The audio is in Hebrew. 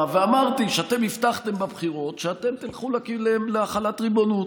ואמרתי שאתם הבטחתם בבחירות שאתם תלכו להחלת ריבונות.